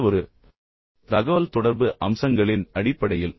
எந்தவொரு தகவல்தொடர்பு அம்சங்களின் அடிப்படையில்